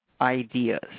ideas